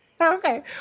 Okay